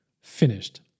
Finished